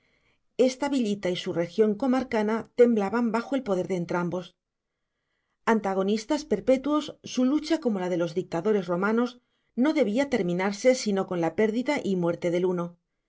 esta villita y su región comarcana temblaban bajo el poder de entrambos antagonistas perpetuos su lucha como la de los dictadores romanos no debía terminarse sino con la pérdida y muerte del uno